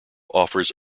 offers